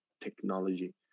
technology